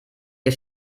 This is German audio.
ihr